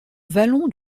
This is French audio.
vallon